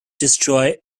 destroy